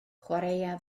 chwaraea